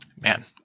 Man